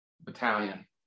battalion